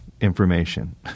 information